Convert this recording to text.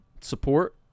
support